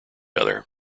other